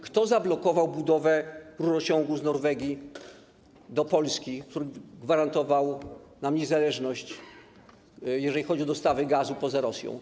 Kto zablokował budowę rurociągu z Norwegii do Polski, który gwarantował nam niezależność, jeżeli chodzi o dostawy gazu spoza Rosji?